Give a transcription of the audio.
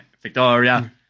Victoria